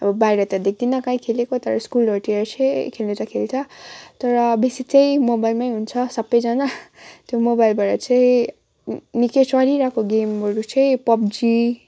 अब बाहिर त देख्दिनँ कहीँ खेलेको तर स्कुलहरूतिर चाहिँ खेल्नु चाहिँ खल्छ तर बेसी चाहिँ मोबाइलमै हुन्छ सबैजना त्यो मोबाइलबाट चाहिँ नि निकै चलिरहेको गेमहरू चाहिँ पब्जी